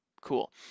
cool